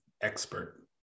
expert